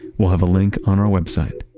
we'll have a link on our website.